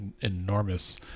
enormous